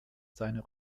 seiner